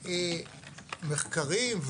מחקרים,